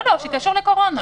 לא, שקשור לקורונה.